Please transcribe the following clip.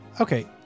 Okay